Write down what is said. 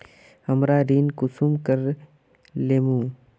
हमरा ऋण कुंसम करे लेमु?